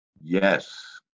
Yes